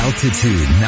Altitude